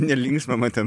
nelinksma man ten